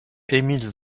emil